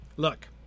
Look